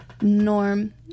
norm